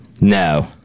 No